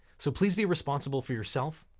so please be responsible for yourself.